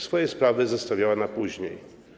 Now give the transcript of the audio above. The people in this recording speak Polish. Swoje sprawy zostawiała na później.